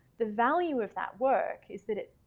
the value of that work is that it